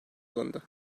alındı